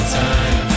time